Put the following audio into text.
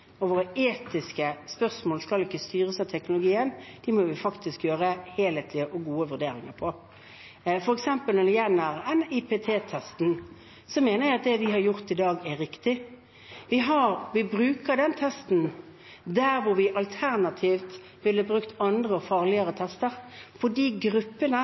teknologien. Våre etiske spørsmål skal ikke styres av teknologien. Det må vi faktisk gjøre helhetlige og gode vurderinger av. Når det f.eks. gjelder NIPT-testen, mener jeg at det vi har gjort i dag, er riktig. Man bruker den testen der man alternativt ville brukt andre og farligere tester på de gruppene